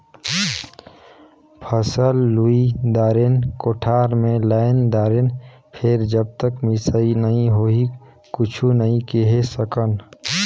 फसल लुई दारेन, कोठार मे लायन दारेन फेर जब तक मिसई नइ होही कुछु नइ केहे सकन